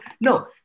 No